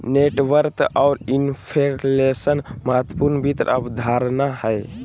net worth आर inflation महत्वपूर्ण वित्त अवधारणा हय